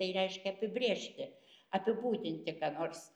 tai reiškia apibrėžti apibūdinti nors